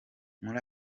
muri